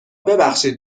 ببخشید